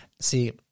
See